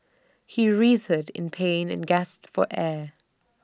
he writhed in pain and gasped for air